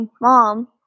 mom